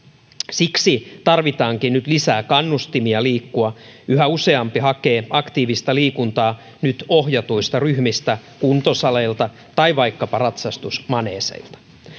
siksi tarvitaankin nyt lisää kannustimia liikkua yhä useampi hakee aktiivista liikuntaa nyt ohjatuista ryhmistä kuntosaleilta tai vaikkapa ratsastusmaneeseilta